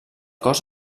cos